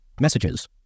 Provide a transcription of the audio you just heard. Messages